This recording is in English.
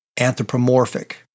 anthropomorphic